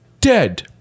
dead